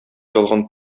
ялган